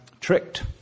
tricked